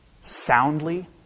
soundly